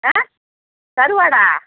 ஆ கருவாடா